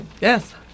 Yes